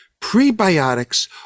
prebiotics